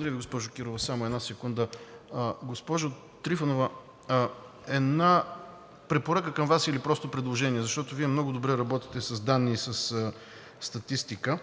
Благодаря Ви, госпожо Кирова. Госпожо Трифонова, една препоръка към Вас или предложение, защото Вие много добре работите с данни и със статистика.